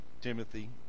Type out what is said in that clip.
Timothy